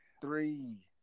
Three